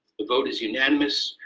the vote is unanimous,